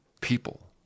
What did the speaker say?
people